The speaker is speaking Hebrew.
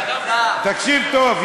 תקשיב טוב,